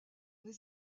les